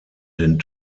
den